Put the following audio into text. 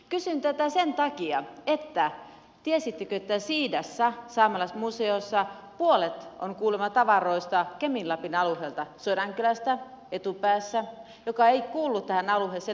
kysyn tätä sen takia että tiesittekö että siidassa saamelaismuseossa puolet tavaroista on kuulemma kemin lapin alueelta sodankylästä etupäässä joka ei kuulu tähän alueeseen ollenkaan